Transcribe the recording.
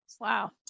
Wow